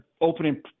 opening